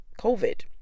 covid